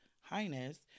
highness